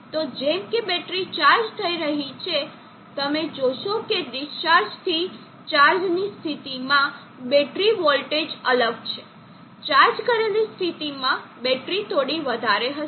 તો જેમ કે બેટરી ચાર્જ થઈ રહી છે તમે જોશો કે ડિસ્ચાર્જથી ચાર્જની સ્થિતિમાં બેટરી વોલ્ટેજ અલગ છે ચાર્જ કરેલી સ્થિતિમાં બેટરી થોડી વધારે હશે